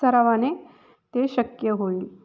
सरावाने ते शक्य होईल